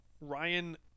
Ryan –